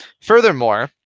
furthermore